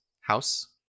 house